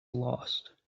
lost